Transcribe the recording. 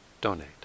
donate